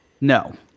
No